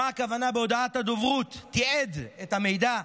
מה הכוונה בהודעת הדוברות: "תיעד את המידע"?